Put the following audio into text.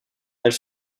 elle